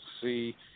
see